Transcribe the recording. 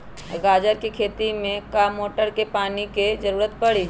गाजर के खेती में का मोटर के पानी के ज़रूरत परी?